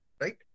right